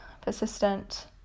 persistent